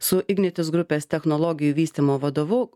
su ignitis grupės technologijų vystymo vadovu